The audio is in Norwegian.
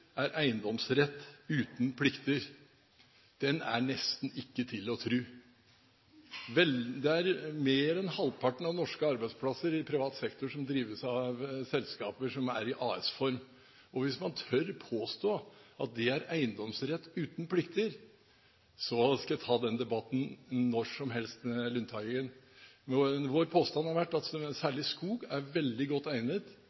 er eiendomsrett uten plikter. Den er nesten ikke til å tro. Mer enn halvparten av norske arbeidsplasser i privat sektor drives av selskaper som er i AS-form. Hvis man tør å påstå at det er eiendomsrett uten plikter, skal jeg ta den debatten når som helst med Lundteigen. Vår påstand har vært at særlig skog er veldig godt egnet